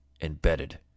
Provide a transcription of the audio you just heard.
embedded